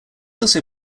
also